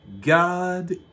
God